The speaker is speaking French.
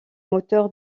moteur